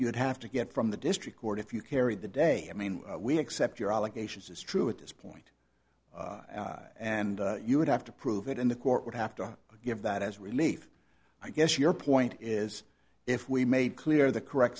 would have to get from the district court if you carried the day i mean we accept your obligations as true at this point and you would have to prove it in the court would have to give that as relief i guess your point is if we made clear the correct